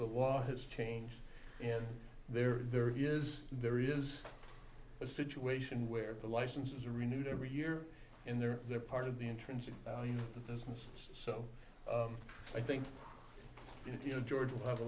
the law has changed in there there is there is a situation where the license is renewed every year in there they're part of the intrinsic value of the business so i think if you know george will have a